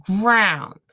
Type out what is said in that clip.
ground